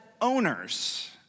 owners